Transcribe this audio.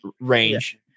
range